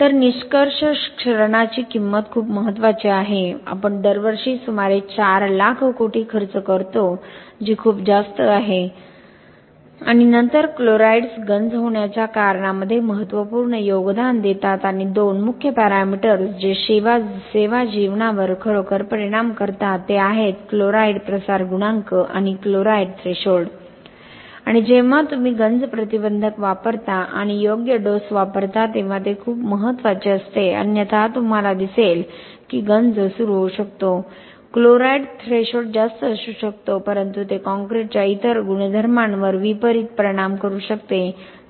तर निष्कर्ष क्षरणाची किंमत खूप महत्त्वाची आहे आपण दरवर्षी सुमारे 4 लाख कोटी खर्च करतो जी खूप जास्त संख्या आहे आणि नंतर क्लोराईड्स गंज होण्याच्या कारणामध्ये महत्त्वपूर्ण योगदान देतात आणि 2 मुख्य पॅरामीटर्स जे सेवा जीवनावर खरोखर परिणाम करतात ते आहेत क्लोराईड प्रसार गुणांक आणि क्लोराईड थ्रेशोल्ड आणि जेव्हा तुम्ही गंज प्रतिबंधक वापरता आणि योग्य डोस वापरता तेव्हा ते खूप महत्वाचे असते अन्यथा तुम्हाला दिसेल की गंज सुरू होऊ शकतो क्लोराईड थ्रेशोल्ड जास्त असू शकतो परंतु ते कॉंक्रिटच्या इतर गुणधर्मांवर विपरित परिणाम करू शकते